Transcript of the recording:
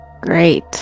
great